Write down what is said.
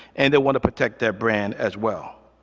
and they want to protect their brand as well.